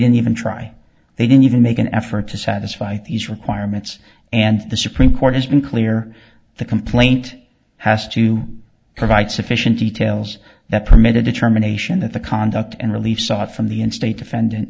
didn't even try they didn't even make an effort to satisfy these requirements and the supreme court has been clear the complaint has to provide sufficient details that permitted determination that the conduct and relief sought from the instate defendant